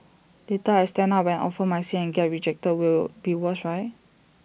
later I stand up and offer my seat and get rejected will be worse right